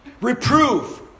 Reprove